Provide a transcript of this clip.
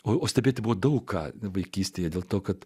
o stebėti buvo daug ką vaikystėje dėl to kad